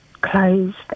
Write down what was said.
Closed